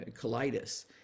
colitis